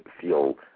feel